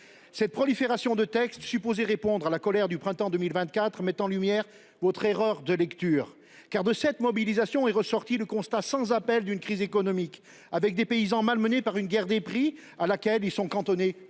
Cette prolifération de textes supposés répondre à la colère du printemps 2024 met en lumière votre erreur de lecture. Car de cette mobilisation est ressorti le constat sans appel d’une crise économique, avec des paysans malmenés par une guerre des prix dans laquelle ils sont toujours